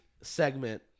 segment